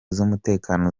z’umutekano